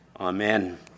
Amen